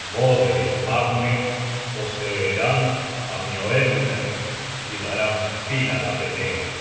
y magne poseerán á mioelner y darán fin á la pelea content